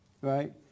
right